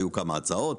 היו כמה הצעות.